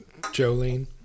Jolene